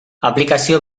aplikazio